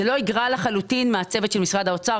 זה לא יגרע לחלוטין מהצוות של משרד האוצר.